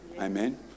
Amen